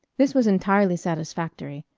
this was entirely satisfactory.